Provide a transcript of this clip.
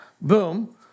boom